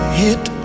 hit